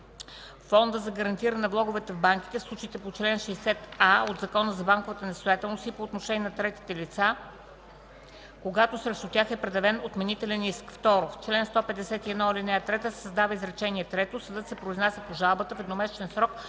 Фонда за гарантиране на влоговете в банките в случаите по 60а от Закона за банковата несъстоятелност и по отношение на третите лица, когато срещу тях е предявен отменителен иск.” 2. В чл. 151, ал. 3, изречение трето: „Съдът се произнася по жалбата в едномесечен срок